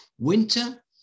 Winter